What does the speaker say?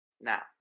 Now